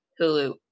Hulu